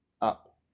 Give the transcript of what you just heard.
up